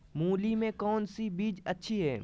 मूली में कौन सी बीज अच्छी है?